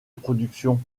production